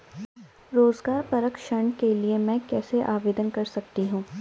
रोज़गार परक ऋण के लिए मैं कैसे आवेदन कर सकतीं हूँ?